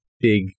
big